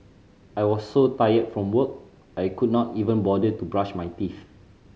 I was so tired from work I could not even bother to brush my teeth